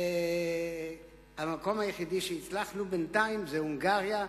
המקום היחיד שהצלחנו בינתיים זה הונגריה,